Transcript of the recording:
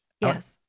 Yes